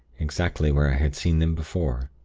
exactly where i had seen them before.